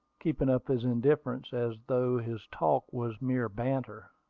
keeping up his indifference, as though his talk was mere banter.